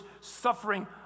suffering